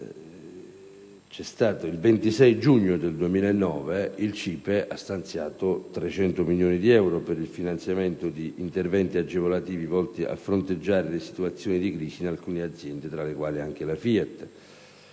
ispettivo) il CIPE ha stanziato 300 milioni di euro per il finanziamento di interventi agevolativi volti a fronteggiare le situazioni di crisi in alcune aziende, tra le quali anche la FIAT.